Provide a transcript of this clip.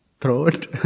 throat